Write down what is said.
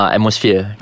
Atmosphere